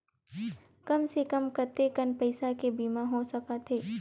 कम से कम कतेकन पईसा के बीमा हो सकथे?